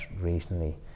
recently